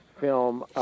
film